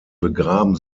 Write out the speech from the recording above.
begraben